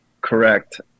correct